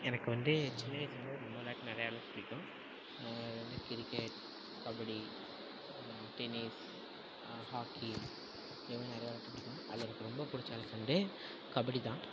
எனக்கு வந்து சின்ன வயசுலேருந்தே ரொம்ப விள்ளாட்டு நிறையா விள்ளாட்டுப் பிடிக்கும் அது வந்து கிரிக்கெட் கபடி டென்னிஸ் ஹாக்கி இது மாதிரி நிறைய விள்ளாட்டுப் பிடிக்கும் அதில் எனக்கு ரொம்பப் பிடிச்ச விள்ளாட்டு வந்து கபடி தான்